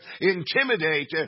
intimidate